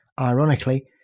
ironically